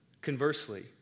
Conversely